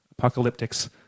apocalyptics